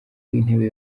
w’intebe